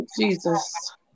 Jesus